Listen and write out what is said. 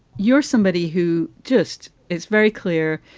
you're somebody who just is very clear.